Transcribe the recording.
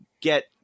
get